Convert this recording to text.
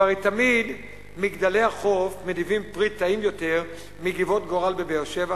והרי תמיד "מגדלי החוף" מניבים פרי טעים יותר מ"גבעות גורל" בבאר-שבע,